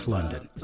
London